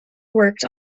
worked